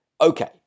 Okay